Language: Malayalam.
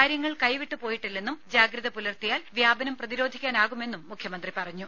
കാര്യങ്ങൾ കൈവിട്ടു പോയിട്ടില്ലെന്നും ജാഗ്രത പുലർത്തിയാൽ വ്യാപനം പ്രതിരോധിക്കാനാകുമെന്നും മുഖ്യമന്ത്രി പറഞ്ഞു